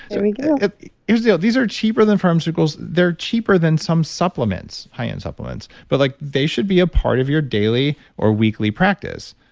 there we go here's the deal. these are cheaper than pharmaceuticals. they're cheaper than some supplements high-end supplements, but like they should be a part of your daily or weekly practice.